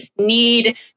need